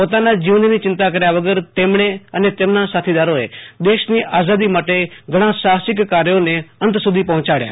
પોતાના જીવનની ચિંતા કર્યા વગર તેમણે અને તેમના સાથીદારોએ દેશની આઝીદી માટે ઘણા સાહસિક કાર્યોને અંત સુધી પહોંચાડયા